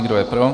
Kdo je pro?